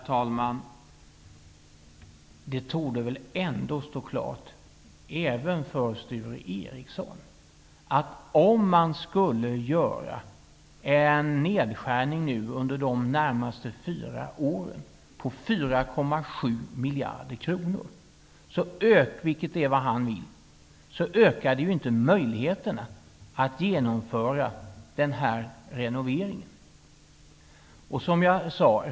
Herr talman! Det torde väl ändå stå klart även för Sture Ericson att om man gör en nedskärning under de närmaste fyra åren med 4,7 miljarder kronor, vilket är vad han vill, så ökar det inte möjligheterna att genomföra den här renoveringen.